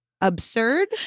absurd